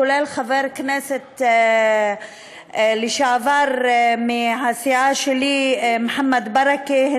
כולל חבר הכנסת לשעבר מהסיעה שלי מוחמד ברכה,